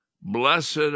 Blessed